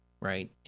right